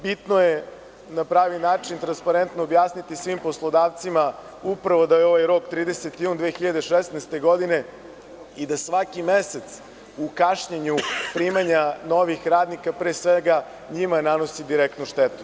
Bitno je na pravi način i transparentno objasniti svim poslodavcima upravo da je ovaj rok 30. jun 2016. godine i da svaki mesec u kašnjenju novih radnika, pre svega, njima nanosi direktnu štetu.